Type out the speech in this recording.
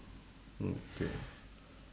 okay